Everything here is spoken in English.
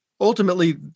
ultimately